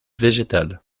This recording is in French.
végétales